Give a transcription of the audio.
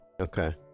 Okay